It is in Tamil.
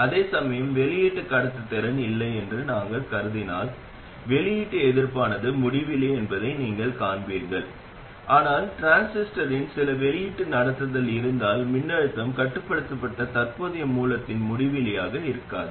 அதேசமயம் வெளியீட்டு கடத்துத்திறன் இல்லை என்று நீங்கள் கருதினால் வெளியீட்டு எதிர்ப்பானது முடிவிலி என்பதை நீங்கள் காண்பீர்கள் ஆனால் டிரான்சிஸ்டருக்கு சில வெளியீட்டு நடத்துதல் இருந்தால் மின்னழுத்தம் கட்டுப்படுத்தப்பட்ட தற்போதைய மூலத்தின் முடிவிலியாக இருக்காது